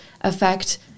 affect